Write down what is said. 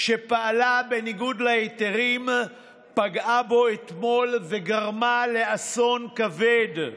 שפעלה בניגוד להיתרים פגעה בו אתמול וגרמה לאסון כבד.